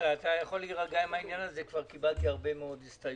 אתה יכול להירגע כבר קיבלתי הרבה מאוד הסתייגויות.